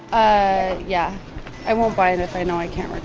i yeah i won't buy it if i know i can't return